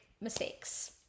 mistakes